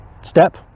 step